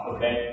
Okay